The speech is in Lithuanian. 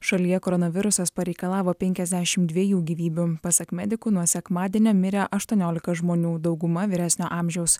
šalyje koronavirusas pareikalavo penkiasdešim dviejų gyvybių pasak medikų nuo sekmadienio mirė aštuoniolika žmonių dauguma vyresnio amžiaus